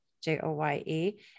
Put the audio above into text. J-O-Y-E